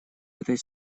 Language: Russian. этой